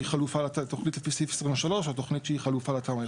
חלופה לפי סעיף 23 או תוכנית שהיא חלופה לתמ"א.